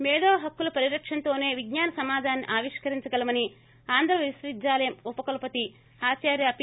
మేధో హక్కుల పరిరక్షణతోసే విజ్ఞాన సమాజాన్ని ఆవిష్కరించగలమని ఆంధ్ర విశ్వవిద్యాలయం ఉప కులపతి ఆదార్య పి